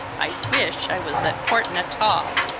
i wish i was at port natal!